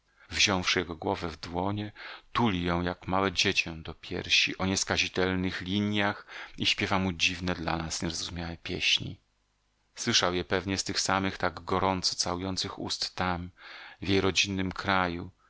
wziąwszy jego głowę w dłonie tuli ją jak małe dziecię do piersi o nieskazitelnych linjach i śpiewa mu dziwne dla nas niezrozumiałe pieśni słyszał je pewnie z tych samych tak gorąco całujących ust tam w jej rodzinnym kraju